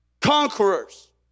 conquerors